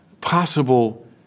possible